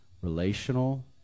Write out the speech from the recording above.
relational